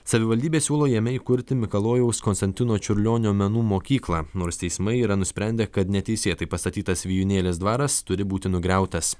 savivaldybė siūlo jame įkurti mikalojaus konstantino čiurlionio menų mokyklą nors teismai yra nusprendę kad neteisėtai pastatytas vijūnėlės dvaras turi būti nugriautas